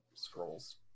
Scrolls